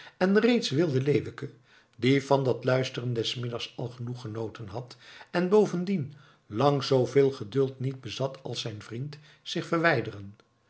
en reeds wilde leeuwke die van dat luisteren des middags al genoeg genoten had en bovendien lang zoo veel geduld niet bezat als zijn vriend zich verwijderen